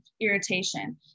irritation